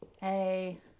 Hey